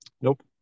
Nope